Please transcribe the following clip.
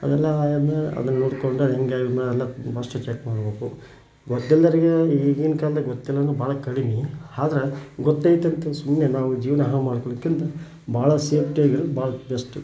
ಅದೆಲ್ಲ ಅಂದರೆ ಅದು ನೋಡ್ಕೊಂಡು ಹೆಂಗೆ ಯೂಸ್ ಮಾಡೋದು ಫಸ್ಟಿಗೆ ಚೆಕ್ ಮಾಡಬೇಕು ಮತ್ತು ಎಲ್ಲರಿಗೆ ಈಗಿನ ಕಾಲ್ದಾಗ ಗೊತ್ತಿಲ್ಲ ಅನ್ನೋದು ಭಾಳ ಕಡಿಮೆ ಆದ್ರೆ ಗೊತ್ತೈತಂತ ಸುಮ್ಮನೆ ನಾವು ಜೀವನ ಹಾಳು ಮಾಡ್ಕೊಳ್ಳೋಕ್ಕಿಂತ ಭಾಳ ಸೇಫ್ಟಿಯಾಗಿರೋದು ಭಾಳ ಬೆಸ್ಟ